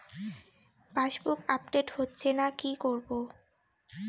Passbook update হচ্ছেনা কি করবো?